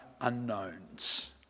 unknowns